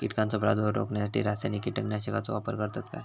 कीटकांचो प्रादुर्भाव रोखण्यासाठी रासायनिक कीटकनाशकाचो वापर करतत काय?